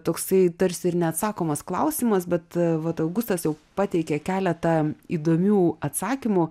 toksai tarsi ir neatsakomas klausimas bet vat augustas jau pateikė keletą įdomių atsakymų